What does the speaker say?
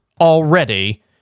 already